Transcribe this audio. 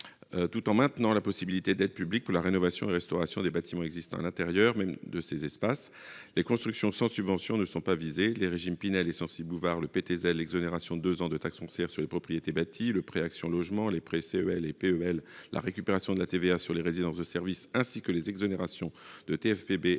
tout en maintenant la possibilité d'aides publiques pour la rénovation et la restauration des bâtiments existants à l'intérieur même de ces espaces. Les constructions sans subventions ne sont pas visées. Les régimes Pinel et Censi-Bouvard, le PTZ, l'exonération de deux ans de taxe foncière sur les propriétés bâties, le prêt action logement, les prêts compte épargne logement (CEL) et prêt épargne logement (PEL), la récupération de la TVA sur les résidences de services, ainsi que les exonérations de taxe foncière sur